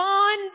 on